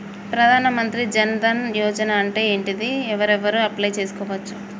ప్రధాన మంత్రి జన్ ధన్ యోజన అంటే ఏంటిది? ఎవరెవరు అప్లయ్ చేస్కోవచ్చు?